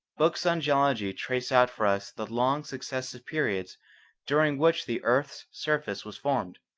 books on geology trace out for us the long successive periods during which the earth's surface was formed.